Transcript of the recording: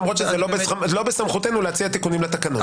למרות שלא בסמכותנו להציע תיקונים לתקנון.